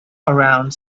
around